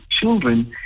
children